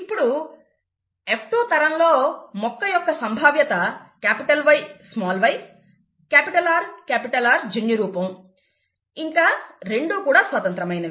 ఇప్పుడు F2 తరంలో మొక్క యొక్క సంభావ్యత YyRR జన్యురూపం ఇంకా రెండూ కూడా స్వతంత్రమైనవి